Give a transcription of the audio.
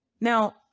Now